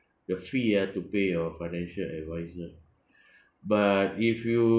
the fee ah to pay your financial advisor but if you